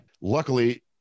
Luckily